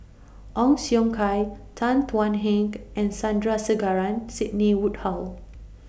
Ong Siong Kai Tan Thuan Heng and Sandrasegaran Sidney Woodhull